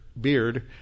beard